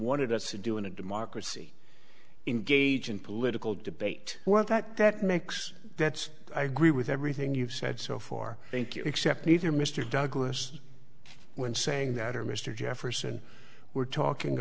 wanted us to do in a democracy in gauge and political debate well that that makes that's i agree with everything you've said so far thank you except neither mr douglass when saying that or mr jefferson we're talking